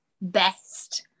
best